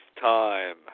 time